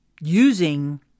using